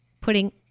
putting